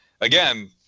again